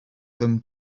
them